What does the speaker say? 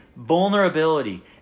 vulnerability